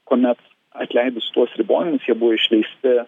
kuomet atleidus tuos ribojimus jie buvo išleisti